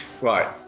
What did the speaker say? right